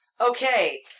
okay